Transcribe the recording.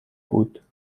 بود